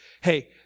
Hey